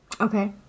Okay